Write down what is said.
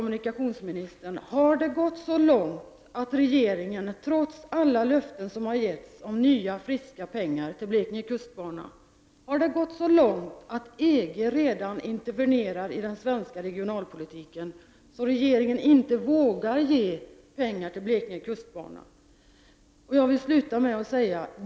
Har det gått så långt, trots alla löften som har givits om nya friska pengar till Blekinge kustbana, att EG redan intervenerar i den svenska regionalpolitiken så att regeringen inte vågar ge pengar till Blekinge kustbana?